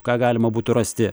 ką galima būtų rasti